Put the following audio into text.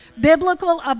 Biblical